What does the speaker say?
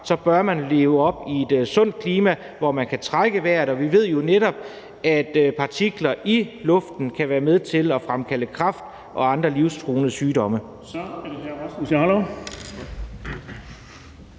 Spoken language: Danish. bør man vokse op i et sundt klima, hvor man kan trække vejret, og vi ved jo netop, at partikler i luften kan være med til at fremkalde kræft og andre livstruende sygdomme. Kl. 12:58 Den fg.